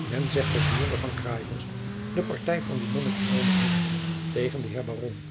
men zegt dat de jonker van craeihorst de partij van dien monnik genomen heeft tegen den heer baron